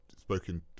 spoken